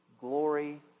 glory